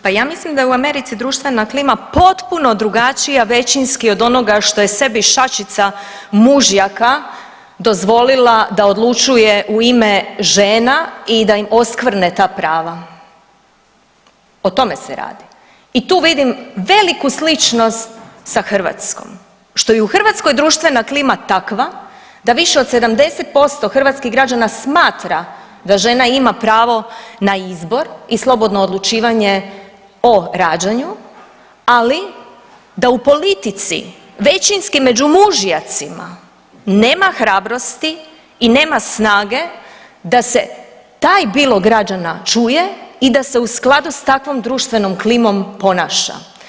Pa ja mislim da je u Americi društvena klima potpuno drugačija većinski od onoga što je sebi šačica mužjaka dozvolila da odlučuje u ime žena i da im oskvrne ta prava, o tome se radi i tu vidim veliku sličnost sa Hrvatskom, što je i u Hrvatskoj društvena klima takva da više od 70% hrvatskih građana smatra da žena ima pravo na izbor i slobodno odlučivanje o rađanju, ali da u politici većinski među mužjacima nema hrabrosti i nema snage da se taj bilo građana čuje i da se u skladu s takvom društvenom klimom ponaša.